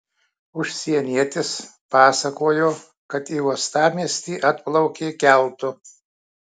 užsienietis pasakojo kad į uostamiestį atplaukė keltu